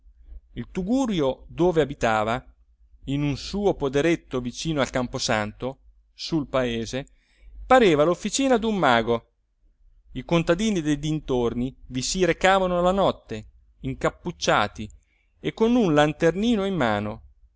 il tugurio dov'abitava in un suo poderetto vicino al camposanto sul paese pareva l'officina d'un mago i contadini dei dintorni vi si recavano la notte incappucciati e con un lanternino in mano